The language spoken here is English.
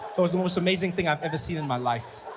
it was the most amazing thing i ever seen in my life.